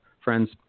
friend's